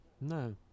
No